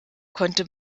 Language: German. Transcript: konnte